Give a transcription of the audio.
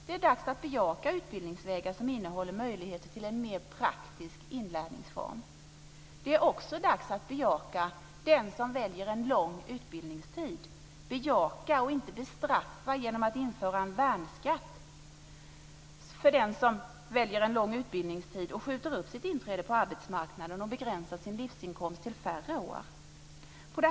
Det är dags att bejaka utbildningsvägar som innehåller möjligheter till en mer praktisk inlärningsform. Det är också dags att bejaka den som väljer en lång utbildningstid och inte bestraffa genom att införa en värnskatt. Den som väljer en lång utbildningstid skjuter upp sitt inträde på arbetsmarknaden och begränsar sin livsinkomst till färre år.